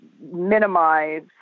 minimize